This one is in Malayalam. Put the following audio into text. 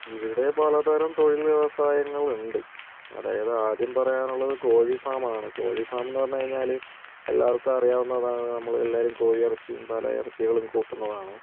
ഇവിടെ പലതരം തൊഴിൽ വ്യവസായങ്ങൾ ഉണ്ട് അതായത് ആദ്യം പറയാനുള്ളത് കോഴിഫാം ആണ് കോഴി ഫാം എന്ന് പറഞ്ഞു കഴിഞ്ഞാൽ എല്ലാവർക്കും അറിയാവുന്നതാണ് നമ്മളെല്ലാവരും കോഴി ഇറച്ചിയും പല ഇറച്ചിക്കളും കൂട്ടുന്നതാണ്